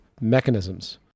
mechanisms